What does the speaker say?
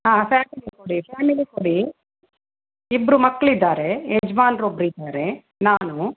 ಹಾಂ ಫ್ಯಾಮಿಲಿ ಕೊಡಿ ಫ್ಯಾಮಿಲಿ ಕೊಡಿ ಇಬ್ರು ಮಕ್ಳು ಇದ್ದಾರೆ ಯಜ್ಮಾನ್ರು ಒಬ್ರು ಇದ್ದಾರೆ ನಾನು